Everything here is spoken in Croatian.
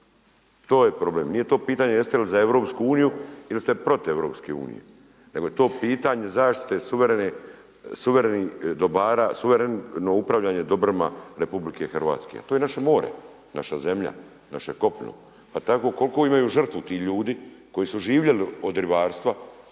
To je problem. Nije to pitanje jeste li za EU ili ste protiv EU nego je to pitanje zaštite suverenih dobara suvereno upravljanje dobrima RH, a to je naše more, naša zemlja, naše kopno. Pa tako koliko imaju žrtvu ti ljudi koji su živjeli od ribarstva